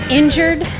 injured